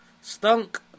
Stunk